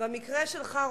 במקרה שלך,